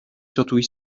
surtout